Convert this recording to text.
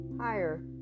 higher